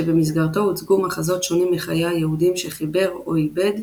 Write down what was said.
שבמסגרתו הוצגו מחזות שונים מחיי היהודים שחיבר או עיבד,